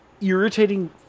irritating